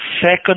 second